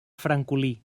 francolí